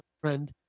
friend